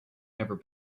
never